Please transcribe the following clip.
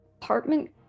Apartment